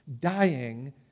dying